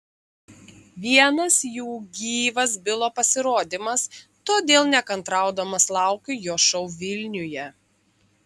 vienas jų gyvas bilo pasirodymas todėl nekantraudamas laukiu jo šou vilniuje